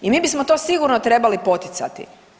I mi bismo to sigurno trebali poticati.